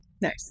Nice